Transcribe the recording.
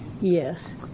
yes